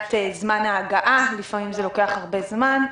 מבחינת זמן ההגעה לפעמים זה לוקח הרבה זמן,